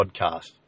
podcast